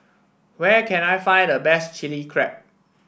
where can I find the best Chili Crab